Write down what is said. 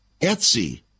Etsy